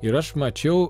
ir aš mačiau